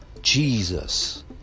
Jesus